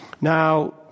Now